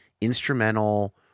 instrumental